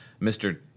Mr